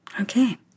Okay